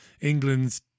England's